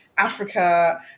Africa